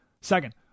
Second